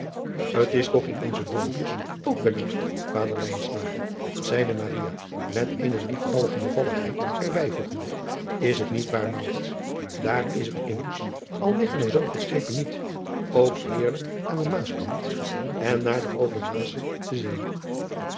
t s toch in onze oompjes ook wel lief vader zeide met eene lieftalige bevalligheid er bijvoegende is het niet waar daar is het immers al liggen er zooveel schepen niet ook heerlijk aan den aaskant en naar het vermaassche te zien